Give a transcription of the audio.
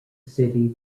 city